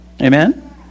amen